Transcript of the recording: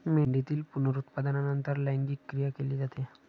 मेंढीतील पुनरुत्पादनानंतर लैंगिक क्रिया केली जाते